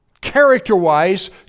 character-wise